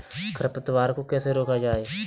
खरपतवार को कैसे रोका जाए?